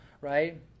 right